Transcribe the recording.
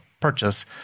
purchase